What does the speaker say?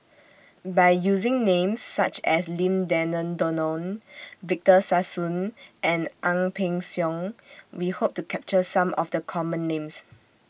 By using Names such as Lim Denan Denon Victor Sassoon and Ang Peng Siong We Hope to capture Some of The Common Names